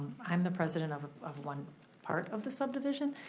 i'm the president of of one part of the subdivision,